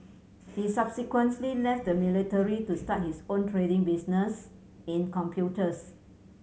he subsequently left the military to start his own trading business in computers